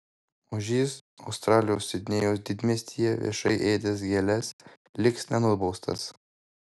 ožys australijos sidnėjaus didmiestyje viešai ėdęs gėles liks nenubaustas